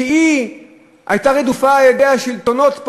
שהיא הייתה רדופה על-ידי השלטונות פה